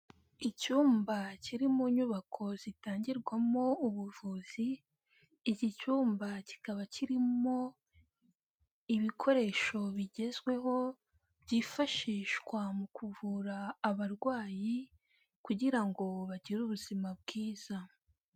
Icyumba kiri mu nyubako zitangirwamo ubuvuzi, iki cyumba kikaba kirimo ibikoresho bigezweho byifashishwa mu kuvura abarwayi kugira ngo bagire ubuzima bwiza.